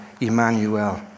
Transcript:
Emmanuel